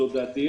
זו דעתי.